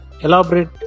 elaborate